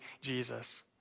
Jesus